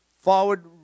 forward